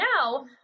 now